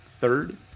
third